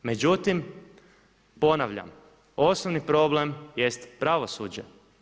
Međutim, ponavljam, osnovni problem jest pravosuđe.